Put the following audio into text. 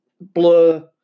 blur